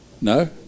No